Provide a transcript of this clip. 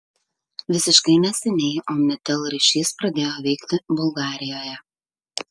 visiškai neseniai omnitel ryšis pradėjo veikti bulgarijoje